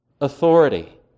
authority